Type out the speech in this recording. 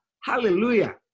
Hallelujah